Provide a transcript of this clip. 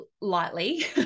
lightly